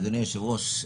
אדוני היושב-ראש,